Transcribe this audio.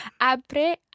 Apre